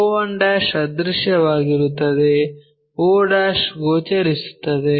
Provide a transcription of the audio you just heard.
o1 ಅದೃಶ್ಯವಾಗಿರುತ್ತದೆ o ಗೋಚರಿಸುತ್ತದೆ